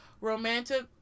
romantic